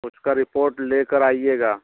उसका रिपोर्ट लेकर आइएगा